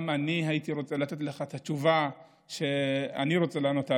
גם אני הייתי רוצה לתת לך את התשובה שאני רוצה לענות עליה,